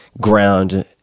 ground